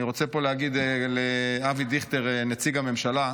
אני רוצה להגיד פה לאבי דיכטר, נציג הממשלה,